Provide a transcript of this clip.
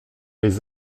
les